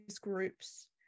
groups